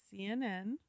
CNN